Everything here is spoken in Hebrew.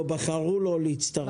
בחרו לא להצטרף.